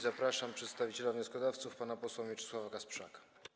Zapraszam przedstawiciela wnioskodawców pana posła Mieczysława Kasprzaka.